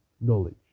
knowledge